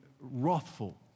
wrathful